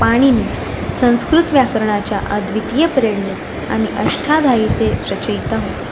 पाणिनी संस्कृत व्याकरणाच्या अद्वितीय प्रेरणेत आणि अष्टाधाईचे रचयिता होते